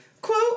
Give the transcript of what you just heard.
quote